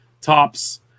tops